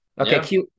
Okay